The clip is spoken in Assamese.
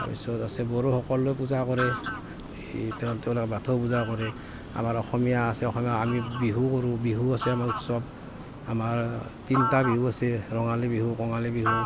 তাৰপিছত আছে বড়োসকলেও পূজা কৰে এই তেওঁলোকে বাথৌ পূজা কৰে আমাৰ অসমীয়া আছে অসমীয়া আমি বিহু কৰো বিহু আছে আমাৰ উৎসৱ আমাৰ তিনিটা বিহু আছে ৰঙালী বিহু কঙালী বিহু